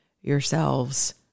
yourselves